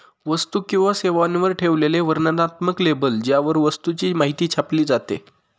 वस्तू किंवा सेवांवर ठेवलेले वर्णनात्मक लेबल ज्यावर वस्तूची माहिती छापली जाते